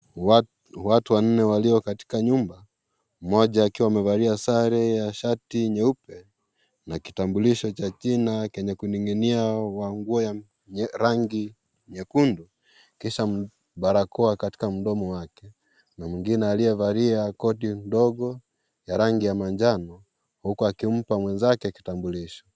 Watu wanne walio katika nyumba, mmoja akiwa amevalia sare ya shati nyeupe na kitambulisho cha jina kenye kuning'inia kwa nguo ya rangi nyekundu kisha barakoa katika mdomo wake. Na mwingine aliyevalia koti ndogo ya rangi ya manjano huku akimpa mwenzake kitambulisho.